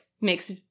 makes